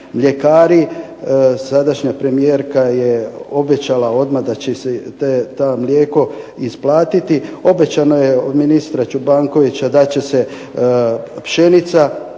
mljekari sadašnja premijerka je obećala odmah da će se to mlijeko isplatiti, obećano je od ministra Čobankovića da će se pšenica